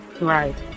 Right